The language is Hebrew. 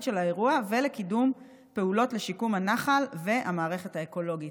של האירוע ולקידום פעולות לשיקום הנחל והמערכת האקולוגית.